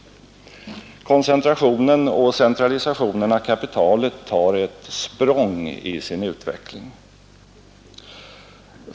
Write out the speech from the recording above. Koncentrationen och centralisationen av kapitalet tar ett språng i sin utveckling.